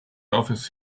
office